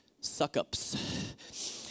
Suck-ups